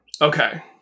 okay